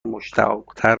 مشتاقتر